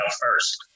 first